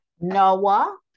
Noah